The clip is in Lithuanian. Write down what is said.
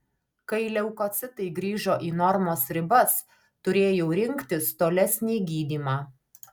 kai leukocitai grįžo į normos ribas turėjau rinktis tolesnį gydymą